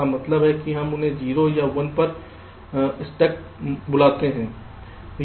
इसका मतलब है कि हम उन्हें 0 या 1 पर अटके हुए बुलाते हैं